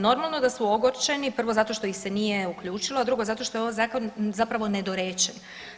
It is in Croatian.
Normalno da su ogorčeni, prvo zato što ih se nije uključilo, a drugo zato što je ovo zakon zapravo nedorečen.